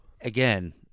again